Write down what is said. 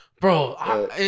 Bro